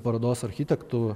parodos architektu